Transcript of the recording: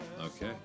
Okay